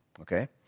okay